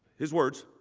his words,